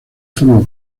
forma